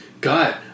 God